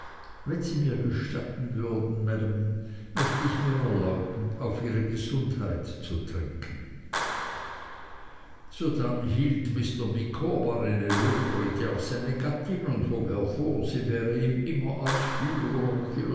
wenn sie mir gestatten würden maam möchte ich mir erlauben auf ihre gesundheit zu trinken sodann hielt mr micawber eine lobrede auf seine gattin und hob hervor sie wäre ihm immer als führer